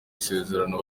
isezerano